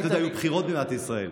אתה יודע, היו בחירות במדינת ישראל.